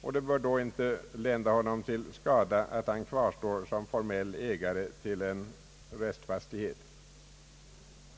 och det bör då inte lända honom till skada att han kvarstår som formell ägare till en restfastighet.